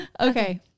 okay